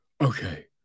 okay